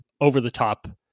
over-the-top